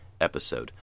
episode